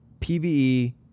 PVE